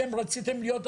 אתם רציתם להיות,